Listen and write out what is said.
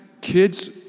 kids